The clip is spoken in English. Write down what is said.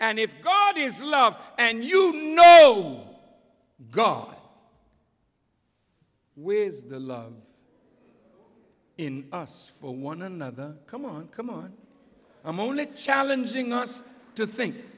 and if god is love and you know god where is the love in us for one another come on come on i'm only challenging not to think